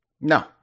No